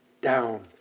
down